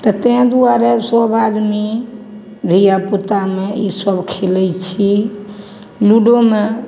तऽ तें दुआरे सभ आदमी धियापुतामे ई सभ खेलय छी लूडोमे